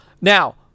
Now